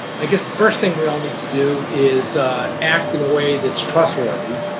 i guess the first thing we all need to do is act in a way that's trustworthy.